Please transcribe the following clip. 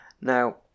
Now